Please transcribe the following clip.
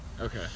Okay